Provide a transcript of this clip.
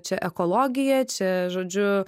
čia ekologija čia žodžiu